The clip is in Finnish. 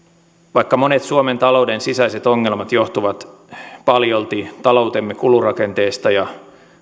vaikka monet suomen talouden sisäiset ongelmat johtuvat paljolti taloutemme kulurakenteesta ja